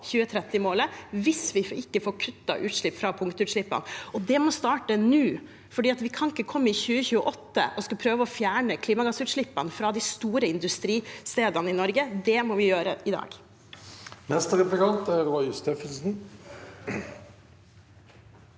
2030-målet hvis vi ikke får kuttet utslipp fra punktutslippene. Det må starte nå, for vi kan ikke komme i 2028 og prøve å fjerne klimagassutslippene fra de store industristedene i Norge. Det må vi gjøre i dag. Roy Steffensen